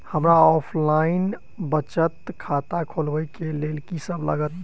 हमरा ऑफलाइन बचत खाता खोलाबै केँ लेल की सब लागत?